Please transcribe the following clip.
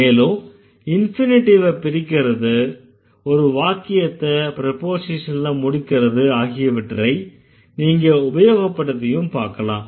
மேலும் இன்ஃபினிட்டிவ பிரிக்கறது ஒரு வாக்கியத்த ப்ரொபோஸிஷன்ல முடிக்கறது ஆகியவற்றை நீங்க உபயோகப்படுத்தியும் பாக்கலாம்